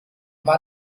war